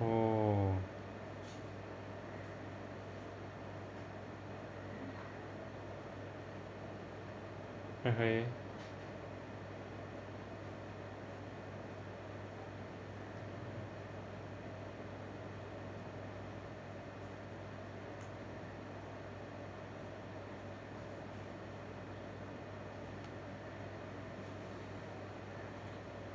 oh okay